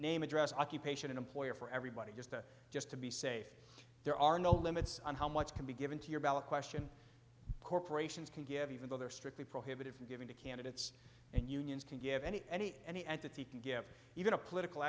name address occupation employer for everybody just to just to be safe there are no limits on how much can be given to your ballot question corporations can give even though they're strictly prohibited from giving to candidates and unions can give any any any entity can give even a political